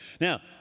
Now